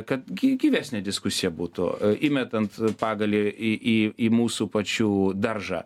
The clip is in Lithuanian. kad gy gyvesnė diskusija būtų įmetant pagalį į į į mūsų pačių daržą